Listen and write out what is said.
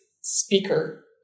speaker